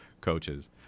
coaches